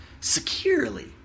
securely